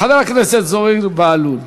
חבר הכנסת זוהיר בהלול,